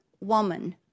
woman